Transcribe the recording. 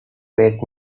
wait